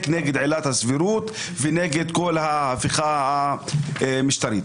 נגד עילת הסבירות ונגד כל ההפיכה המשטרית.